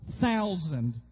thousand